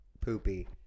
Poopy